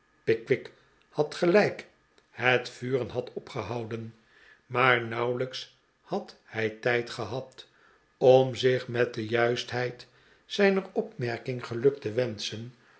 pickwick had gelijk het vuren had opgehouden maar nauwelijks had hij tijd gehad om zich met de juistheid zijner opmerking geluk te wenschen